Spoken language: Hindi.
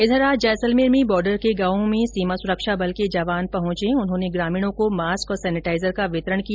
इंधर आज जैसलमेर में बॉर्डर के गांवों में सीमा सुरक्षा बल के जवान पहुंचे उन्होंने ग्रामीणों को मास्क और सेनेटाइजर का वितरण किया